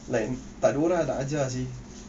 like tak ada orang nak ajar eh